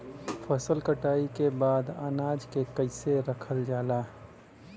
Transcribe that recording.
फसल कटाई के बाद अनाज के कईसे रखल जाला?